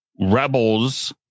Rebels